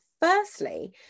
Firstly